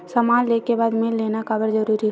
समान ले के बाद बिल लेना काबर जरूरी होथे?